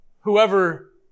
Whoever